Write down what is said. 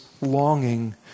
longing